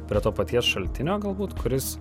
prie to paties šaltinio galbūt kuris